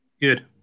Good